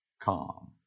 Calm